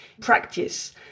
practice